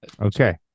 Okay